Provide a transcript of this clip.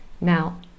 Now